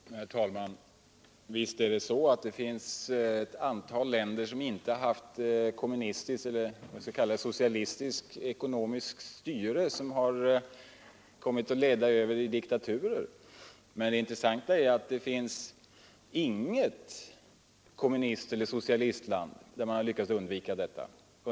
Herr talman! Visst är det så att det finns ett antal länder som inte haft socialistiskt ekonomiskt styre men där utvecklingen likväl har kommit att leda över i diktaturer. Det intressanta är dock att det inte finns något socialistiskt land där man har lyckats undvika detta.